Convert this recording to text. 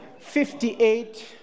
58